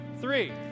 three